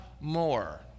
more